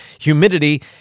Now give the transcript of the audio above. Humidity